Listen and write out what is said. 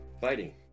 Fighting